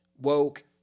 woke